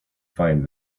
find